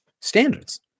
standards